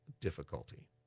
difficulty